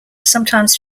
sometimes